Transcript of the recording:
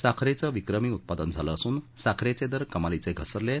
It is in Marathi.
साखरेचं विक्रमी उत्पादन झालं असून साखरेचे दर कमालीचे घसरले आहेत